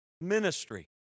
ministry